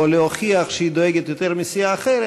או להוכיח שהיא דואגת יותר מסיעה אחרת,